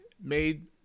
made